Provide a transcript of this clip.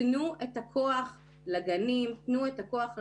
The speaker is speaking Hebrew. תנו את הכוח לגנים, תנו את הכוח להורים.